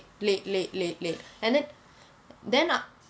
late late late late and then then ah